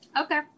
Okay